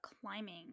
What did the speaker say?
climbing